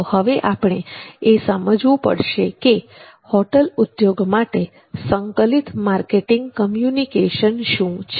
તો હવે આપણે એ સમજવું પડશે કે હોટલ ઉદ્યોગ માટે સંકલિત માર્કેટિંગ કમ્યુનિકેશન શું છે